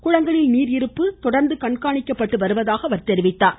குளங்களில் நீர் இருப்பு தொடர்ந்து கண்காணிக்கப்பட்டு வருவதாக கூறினார்